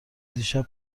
دیشب